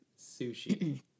sushi